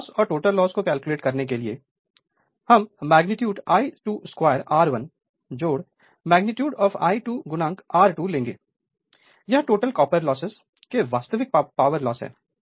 यहाँ लॉस और total loss को कैलकुलेट करने के लिए हम magnitude I22 R1 magnitude I2 R2 लेंगे यह टोटल कॉपर लॉस के वास्तविक पावर लॉस है